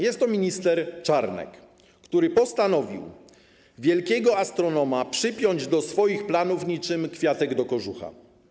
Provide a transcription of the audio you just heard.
Jest to minister Czarnek, który postanowił wielkiego astronoma przypiąć do swoich planów niczym kwiatek do kożucha.